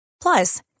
Plus